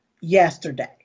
yesterday